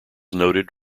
noted